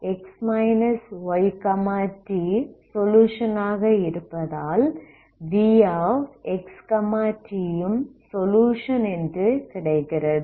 ux yt solution ஆக இருப்பதால் vxt ம் சொலுயுஷன் என்று கிடைக்கிறது